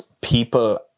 people